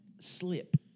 slip